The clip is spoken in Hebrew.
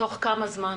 תוך כמה זמן?